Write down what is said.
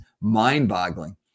mind-boggling